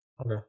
Okay